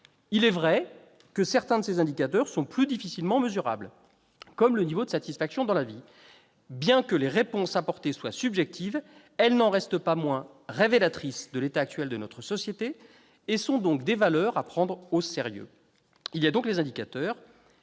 Il est vrai que certains de ces indicateurs sont plus difficilement mesurables, comme le niveau de satisfaction dans la vie. Bien que les réponses apportées soient subjectives, elles n'en restent pas moins révélatrices de l'état actuel de notre société ; à ce titre, les valeurs en question sont à prendre au sérieux. Il y a donc les indicateurs,